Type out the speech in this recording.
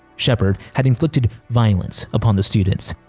shepherd had inflicted violence upon the students.